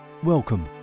Welcome